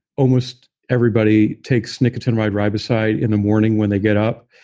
almost everybody takes nicotinamide riboside in the morning when they get up.